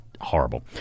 horrible